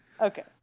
Okay